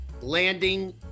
landing